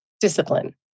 discipline